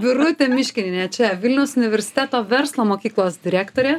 birutė miškinienė čia vilniaus universiteto verslo mokyklos direktorė